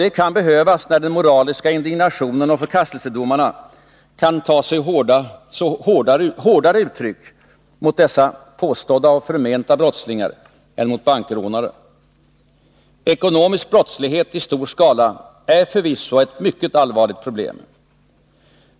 Det kan behövas när den moraliska indignationen och förkastelsedomarna tar sig hårdare uttryck mot dessa påstådda och förmenta brottslingar än mot bankrånare. Ekonomisk brottlighet i stor skala är förvisso ett mycket allvarligt problem.